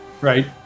Right